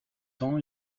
ans